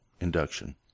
induction